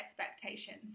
expectations